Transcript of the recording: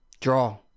Draw